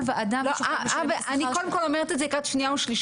אני קודם כל אומרת את זה לקראת שנייה ושלישית,